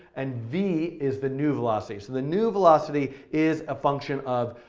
and v is the new velocity. so the new velocity is a function of,